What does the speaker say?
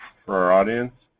for our audience.